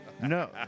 No